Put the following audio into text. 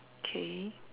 K